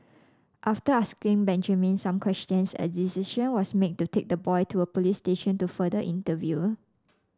after asking Benjamin some questions a decision was made to take the boy to a police station to further interview